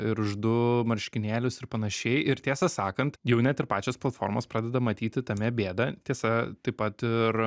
ir už du marškinėlius ir panašiai ir tiesą sakant jau net ir pačios platformos pradeda matyti tame bėdą tiesa taip pat ir